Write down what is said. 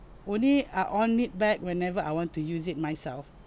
only uh on it back whenever I want to use it myself